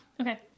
Okay